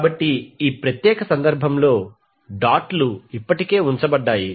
కాబట్టి ఇప్పుడు ఈ ప్రత్యేక సందర్భంలో డాట్ లు ఇప్పటికే ఉంచబడ్డాయి